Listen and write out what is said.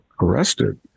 arrested